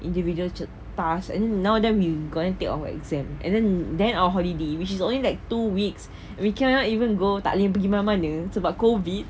individual chall~ task now then you are going to take off our exam then our holiday which is only two weeks we cannot even go tak boleh pergi mana-mana sebab COVID